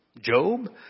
Job